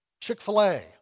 Chick-fil-A